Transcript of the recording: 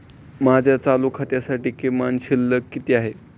माझ्या चालू खात्यासाठी किमान शिल्लक किती आहे?